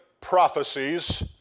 prophecies